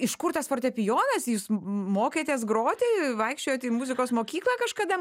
iš kur tas fortepijonas jūs mokėtės groti vaikščiojot į muzikos mokyklą kažkada